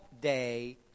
day